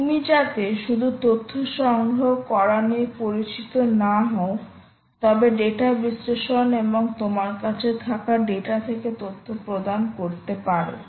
তুমি যাতে শুধু তথ্য সংগ্রহ করা নিয়ে পরিচিত না হও তবে ডেটা বিশ্লেষণ এবং তোমার কাছে থাকা ডেটা থেকে তথ্য প্রদান করতে পারো